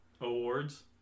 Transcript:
awards